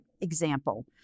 example